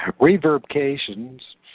reverberations